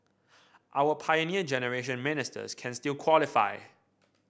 our Pioneer Generation Ministers can still qualify